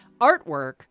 Artwork